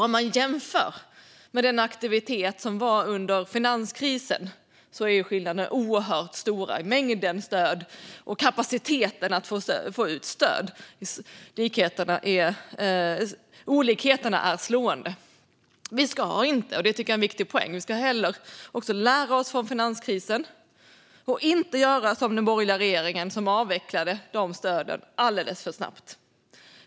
Om man jämför med den aktivitet som var under finanskrisen är skillnaderna oerhört stora i fråga om mängden stöd och kapaciteten när det gäller att få ut stöd. Olikheterna är slående. Vi ska - det är en viktig poäng - lära oss av finanskrisen och inte göra som den borgerliga regeringen gjorde, som avvecklade dessa stöd alldeles för snabbt.